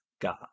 God